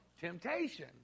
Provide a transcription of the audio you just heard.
temptation